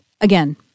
Again